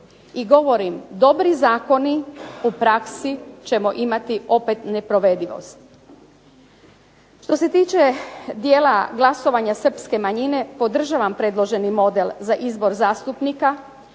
I govorim dobri zakoni, u praksi ćemo imati opet neprovedivost. Što se tiče dijela glasovanja srpske manjine podržavam predloženi model za izbor zastupnika